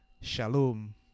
Shalom